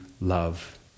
love